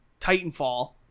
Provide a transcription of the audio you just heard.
Titanfall